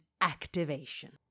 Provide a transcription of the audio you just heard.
activation